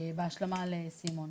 בהשלמה לסימון.